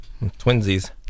Twinsies